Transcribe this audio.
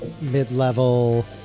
mid-level